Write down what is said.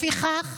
לפיכך,